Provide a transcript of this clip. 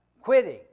Quitting